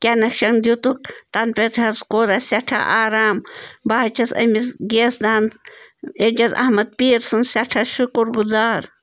connection دیُتُکھ تَنہٕ پٮ۪ٹھ حظ کوٚر اَسہِ سٮ۪ٹھاہ آرام بہٕ حظ چھَس أمِس گیس دانہٕ اعجاز احمد پیٖر سُنٛد سٮ۪ٹھاہ شُکُر گُزار